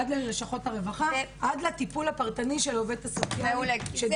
עד ללשכות הרווחה ועד לתפעול הפרטני של העובדת הסוציאלית .